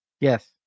Yes